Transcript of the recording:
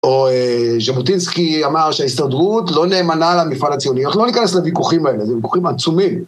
או ז'בוטינסקי אמר שההסתדרות לא נאמנה למפעל הציוני. אנחנו לא ניכנס לוויכוחים האלה, זה ויכוחים עצומים.